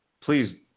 please